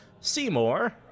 Seymour